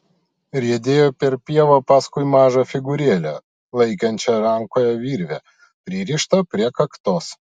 riedėjo per pievą paskui mažą figūrėlę laikančią rankoje virvę pririštą prie kaktos